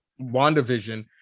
wandavision